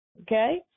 Okay